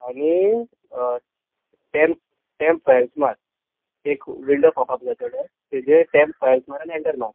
आनी temp temp files मार एक विंडो पोप जाताले तेजेर टॅम फायल्स मार आनी एंटर मार